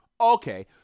Okay